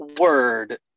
word